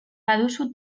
baduzu